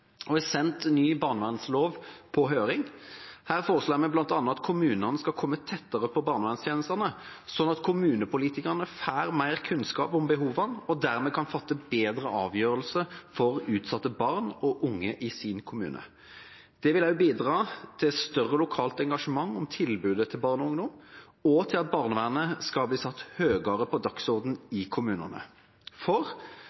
og har sendt ny barnevernslov på høring. Her foreslår vi bl.a. at kommunene skal komme tettere på barnevernstjenestene, sånn at kommunepolitikerne får mer kunnskap om behovene og dermed kan fatte bedre avgjørelser for utsatte barn og unge i egen kommune. Det vil også bidra til større lokalt engasjement for tilbudet til barn og ungdom og til at barnevernet blir satt høyere på dagsordenen i kommunen. Staten har et viktig ansvar for å legge til rette for